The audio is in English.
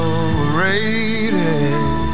overrated